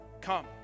come